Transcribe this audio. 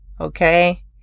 okay